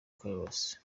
carlos